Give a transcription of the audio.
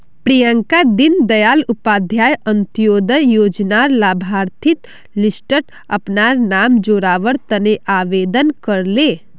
प्रियंका दीन दयाल उपाध्याय अंत्योदय योजनार लाभार्थिर लिस्टट अपनार नाम जोरावर तने आवेदन करले